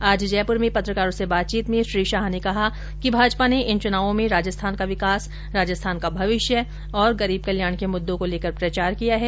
आज जयपुर में पत्रकारों से बातचीत में श्री शाह ने कहा कि भाजपा ने इन चुनावों में राजस्थान का विकास राजस्थान का भविष्य और गरीब कल्याण के मुददों को लेकर प्रचार किया है